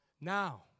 Now